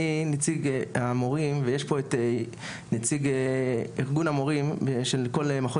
אני נציג המורים ויש פה את נציג ארגון המורים של כל מחוז